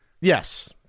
Yes